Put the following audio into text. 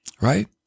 right